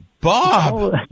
Bob